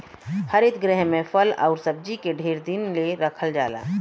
हरित गृह में फल आउर सब्जी के ढेर दिन ले रखल जाला